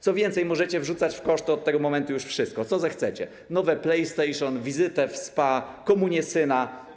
Co więcej, możecie wrzucać w koszty od tego momentu już wszystko, co zechcecie, nowe playstation, wizytę w SPA, komunię syna.